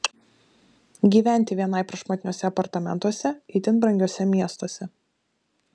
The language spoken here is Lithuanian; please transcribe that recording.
gyventi vienai prašmatniuose apartamentuose itin brangiuose miestuose